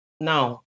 now